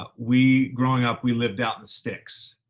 but we, growing up, we lived out in the sticks.